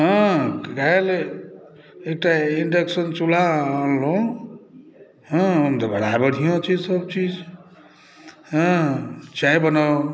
hello एकटा induction चूल्हा अनलहुँ एहिमे तऽ बड़ा बढ़िआँ छै सभ चीज़ अयँ चाय बनाउ